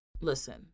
Listen